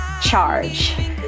charge